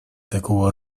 такого